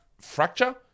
fracture